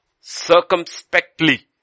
circumspectly